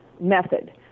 method